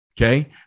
Okay